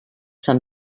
some